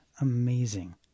amazing